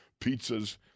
pizzas